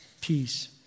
peace